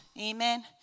amen